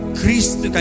Christ